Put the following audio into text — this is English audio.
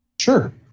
Sure